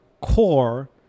core